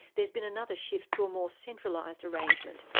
there's been another shift to a more centralised arrangement,